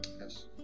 Yes